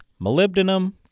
molybdenum